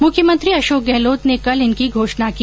मुख्यमंत्री अशोक गहलोत ने कल इनकी घोषण की